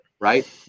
right